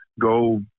go